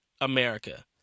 America